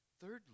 Thirdly